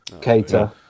Cater